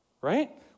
right